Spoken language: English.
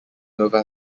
nova